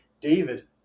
David